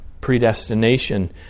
predestination